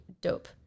dope